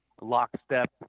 lockstep